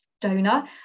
donor